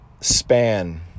Span